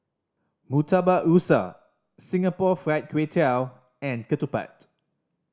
Murtabak Rusa Singapore Fried Kway Tiao and ketupat